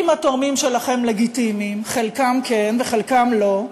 אם התורמים שלכם לגיטימיים, חלקם כן וחלקם לא,